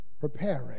preparing